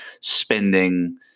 spending